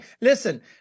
listen